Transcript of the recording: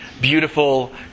beautiful